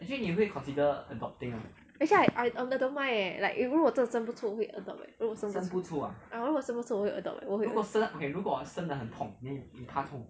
actually I I I don't mind leh like if 如果真的我生不出我会 adopt eh ah 如果我生不出 ah 如果我生不出我会